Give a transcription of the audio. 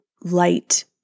light